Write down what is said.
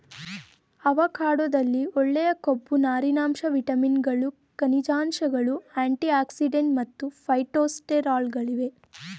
ಅವಕಾಡೊದಲ್ಲಿ ಒಳ್ಳೆಯ ಕೊಬ್ಬು ನಾರಿನಾಂಶ ವಿಟಮಿನ್ಗಳು ಖನಿಜಾಂಶಗಳು ಆಂಟಿಆಕ್ಸಿಡೆಂಟ್ ಮತ್ತು ಫೈಟೊಸ್ಟೆರಾಲ್ಗಳಿವೆ